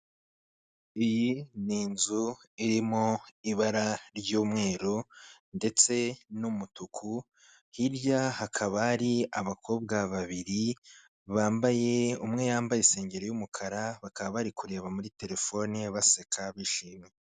Iyi ni inzu irimo ibara ry'umweru ndetse n'umutuku, hirya hakaba hari abakobwa babiri, bambaye, umwe yambaye isengeri y'umukara, bakaba bari kureba muri terefone baseka bishimye.